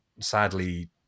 Sadly